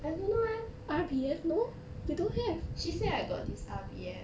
I don't know eh she said I got this R_B_F